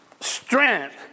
strength